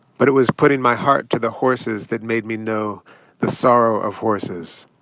but it was putting my heart to the horse's that made me know the sorrow of horses,